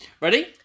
Ready